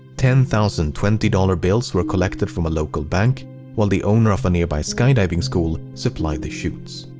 ten thousand twenty dollars bills were collected from a local bank while the owner of a nearby skydiving school supplied the chutes.